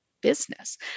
business